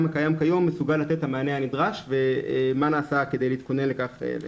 הקיים כיום מסוגל לתת את המענה הנדרש ומה נעשה כדי להתכונן לכך.